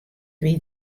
wie